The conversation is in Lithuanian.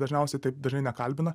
dažniausiai taip dažnai nekalbina